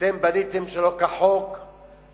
אתם בניתם שלא כחוק,